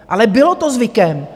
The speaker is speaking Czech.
Ale bylo to zvykem!